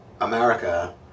America